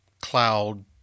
cloud